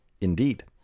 Indeed